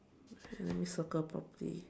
and let me circle properly